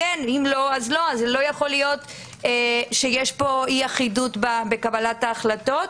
אי אחידות בקבלת ההחלטות.